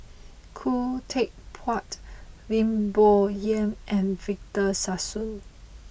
Khoo Teck Puat Lim Bo Yam and Victor Sassoon